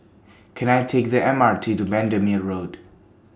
Can I Take The M R T to Bendemeer Road